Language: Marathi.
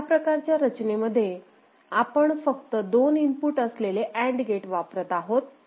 ह्या प्रकारच्या रचनेमध्ये आपण फक्त दोन इनपुट असलेले अँड गेट वापरत आहोत